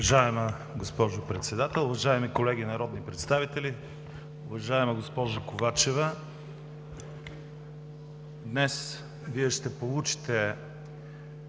Уважаема госпожо Председател, уважаеми колеги народни представители! Уважаема госпожо Ковачева, днес Вие ще получите